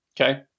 Okay